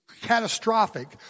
catastrophic